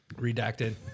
redacted